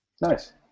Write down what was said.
Nice